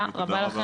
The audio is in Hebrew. יופי, תודה רבה.